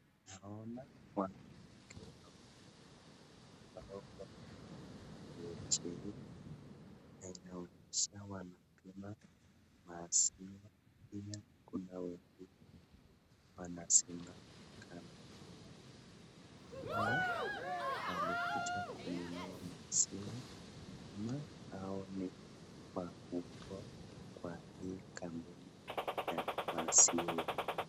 Ninaona wanawake wawili ambao wamevaa sare chini na inaonyesha wanakamua maziwa, na kuna wengine wanasimama kama wateja. Hao walikuja kununua maziwa ama hao ni wafu kwa hii kampuni ya maziwa.